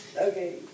okay